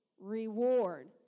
Reward